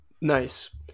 nice